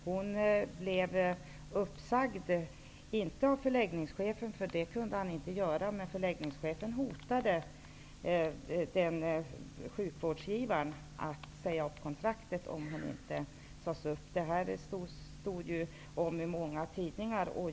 Hon blev uppsagd, inte av förläggnings chefen, för det kunde inte han göra, men förlägg ningschefen hotade sjukvårdsgivaren med att säga upp kontraktet, om inte sköterskan sades upp. Det här stod det om i många tidningar.